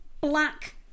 Black